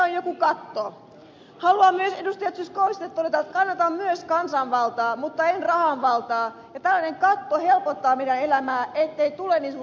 zyskowiczille todeta että kannatan myös kansanvaltaa mutta en rahan valtaa ja tällainen katto helpottaa meidän elämäämme ettei tule niin suuri houkutus